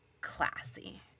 classy